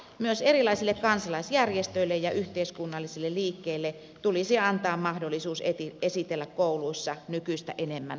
myös erilaisille kansalaisjärjestöille ja yhteiskunnallisille liikkeille tulisi antaa mahdollisuus esitellä kouluissa nykyistä enemmän omaa toimintaansa